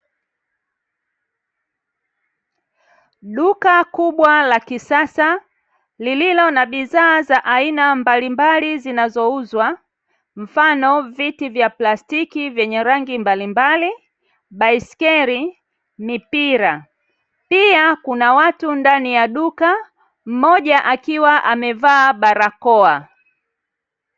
Duka kubwa la kisasa lililo na bidhaa za aina mbalimbali zinazouzwa, mfano viti vya plastiki vyenye rangi mbalimbali, baiskeli, mipira. Pia, kuna watu ndani ya duka, mmoja akiwa amevaa barakoa.